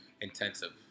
intensive